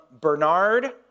Bernard